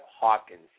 Hawkins